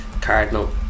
Cardinal